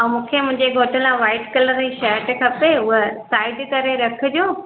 ऐं मूंखे मुंहिंजे घोटु लाइ व्हाइट कलर जी शर्ट खपे हूअ साइड करे रखिजो